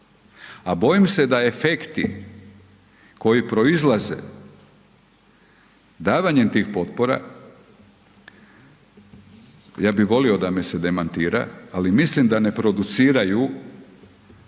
a bojim se da efekti koji proizlaze davanjem tih potpora, ja bi volio da me se demantira ali mislim da ne produciraju